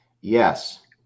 Yes